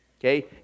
Okay